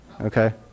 okay